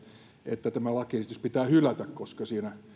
että tämä lakiesitys pitää hylätä koska siinä